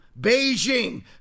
Beijing